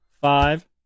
five